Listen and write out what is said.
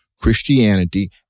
Christianity